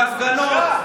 והפגנות,